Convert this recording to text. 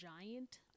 giant